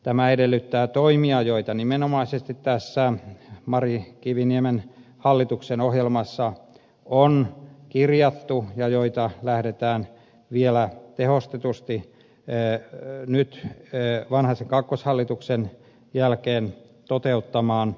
tämä edellyttää toimia joita nimenomaisesti tässä mari kiviniemen hallituksen ohjelmassa on kirjattu ja joita lähdetään vielä tehostetusti nyt vanhasen kakkoshallituksen jälkeen toteuttamaan